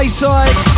side